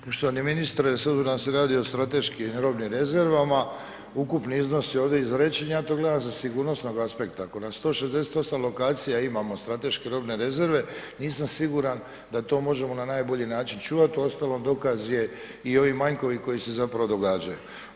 Poštovani ministre, s obzirom da se radi strateškim robnim rezervama, ukupni iznos ovdje izrečeni, ja to gledam sa sigurnosnog aspekta, ako na 168 lokacija imamo strateške robne rezerve, nisam siguran da to možemo na najbolji način čuvati uostalom dokaz je i ovi manjkovi koji se zapravo događaju.